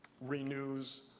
renews